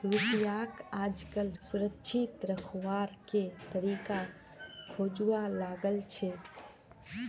रुपयाक आजकल सुरक्षित रखवार के तरीका खोजवा लागल छेक